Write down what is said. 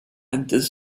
enters